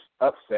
upset